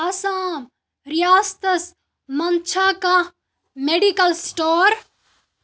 آسام ریاستس منٛز چھا کانٛہہ میڈکل سٹور